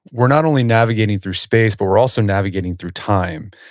we're not only navigating through space, but we're also navigating through time.